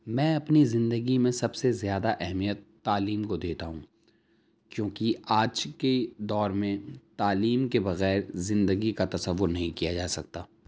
میں اپنی زندگی میں سب سے زیادہ اہمیت تعلیم کو دیتا ہوں کیونکہ آج کے دور میں تعلیم کے بغیر زندگی کا تصور نہیں کیا جا سکتا